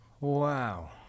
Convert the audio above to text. Wow